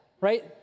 right